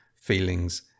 feelings